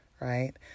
right